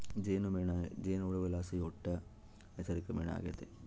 ಜೇನುಮೇಣ ಜೇನುಹುಳುಗುಳ್ಲಾಸಿ ಹುಟ್ಟೋ ನೈಸರ್ಗಿಕ ಮೇಣ ಆಗೆತೆ